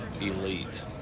elite